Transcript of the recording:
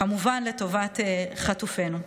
וכמובן לטובת חטופינו.